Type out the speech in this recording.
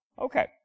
Okay